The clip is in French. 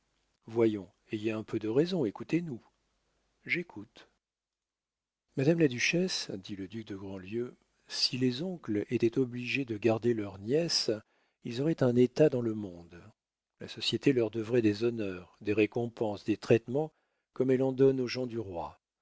voyons ayez un peu de raison écoutez nous j'écoute madame la duchesse dit le duc de grandlieu si les oncles étaient obligés de garder leurs nièces ils auraient un état dans le monde la société leur devrait des honneurs des récompenses des traitements comme elle en donne aux gens du roi